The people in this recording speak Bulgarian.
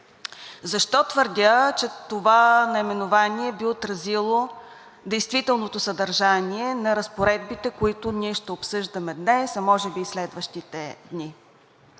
Защо твърдя, че това наименование би отразило действителното съдържание на разпоредбите, които ние ще обсъждаме днес, а може би и следващите дни?